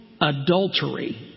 adultery